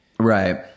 Right